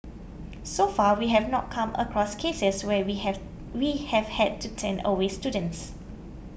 so far we have not come across cases where we have we have had to turn away students